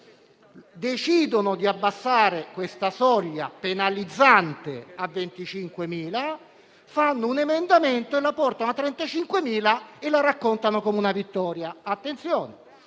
Decidono di abbassare questa soglia penalizzante a 25.000 euro, fanno un emendamento e la portano a 35.000 euro e lo raccontano come una vittoria. Con